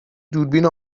دوربین